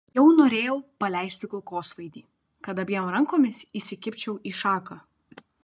jau norėjau paleisti kulkosvaidį kad abiem rankomis įsikibčiau į šaką